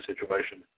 situation